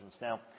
Now